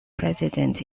president